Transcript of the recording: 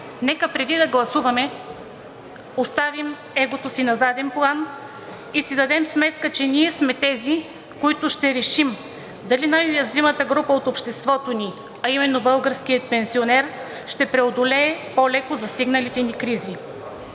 нека преди да гласуваме, оставим егото си на заден план и си дадем сметка, че ние сме тези, които ще решим дали най-уязвимата група от обществото ни, а именно българският пенсионер ще преодолее по-леко застигналите ни кризи.